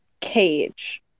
Cage